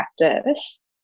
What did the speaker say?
practice